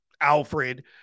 Alfred